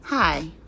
Hi